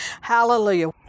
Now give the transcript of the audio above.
Hallelujah